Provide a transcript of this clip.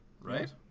Right